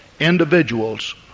individuals